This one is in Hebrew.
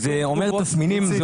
זה אומר תסמינים,